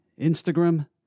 Instagram